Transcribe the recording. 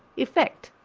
effect,